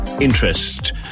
interest